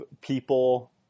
people